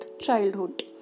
Childhood